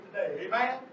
Amen